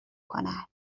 کند